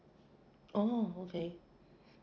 oh okay